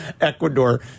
Ecuador